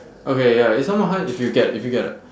okay ya it's somewhat high if you get if you get a